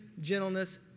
gentleness